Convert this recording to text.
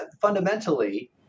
fundamentally